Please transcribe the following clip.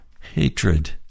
Hatred